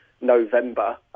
November